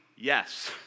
Yes